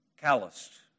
calloused